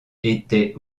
était